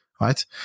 right